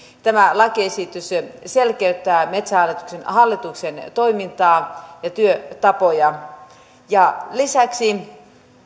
tämä lakiesitys selkeyttää metsähallituksen hallituksen toimintaa ja työtapoja lisäksi